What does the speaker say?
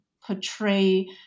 portray